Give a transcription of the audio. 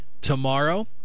tomorrow